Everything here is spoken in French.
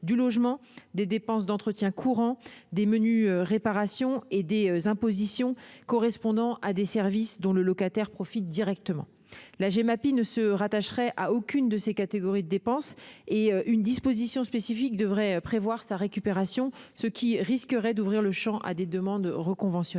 du logement, des dépenses d'entretien courant, des menues réparations et des impositions correspondant à des services dont le locataire profite directement. La Gemapi ne se rattacherait à aucune de ces catégories de dépenses et une disposition spécifique devrait prévoir sa récupération, ce qui risquerait d'ouvrir le champ à des demandes reconventionnelles.